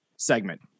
Segment